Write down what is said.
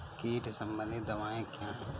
कीट संबंधित दवाएँ क्या हैं?